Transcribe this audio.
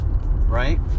right